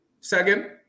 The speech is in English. Second